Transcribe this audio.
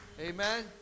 Amen